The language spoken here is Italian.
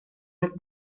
del